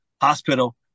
hospital